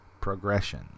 Progression